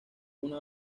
una